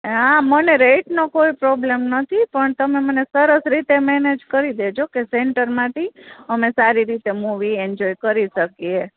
હા મને રેટનો કોઈ પ્રોબ્લેમ નથી પણ તમે મને સરસ રીતે મેનેજ કરી દેજો કે સેન્ટરમાંથી અમે સારી રીતે મુવી એન્જોય કરી શકીએ